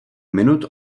minut